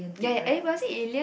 ya anybody alien